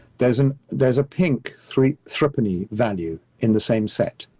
there's and there's a pink three, three money value in the same set.